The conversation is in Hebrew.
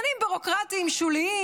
עניינים בירוקרטיים שוליים,